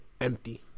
Empty